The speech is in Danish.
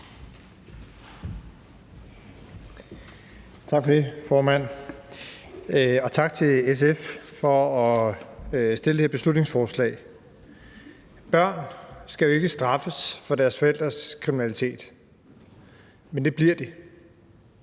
Tak for det, formand, og tak til SF for at have fremsat det her beslutningsforslag. Børn skal jo ikke straffes for deres forældres kriminalitet, men det bliver de.